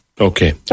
Okay